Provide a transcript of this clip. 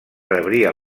rebria